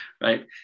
Right